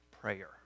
prayer